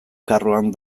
karroan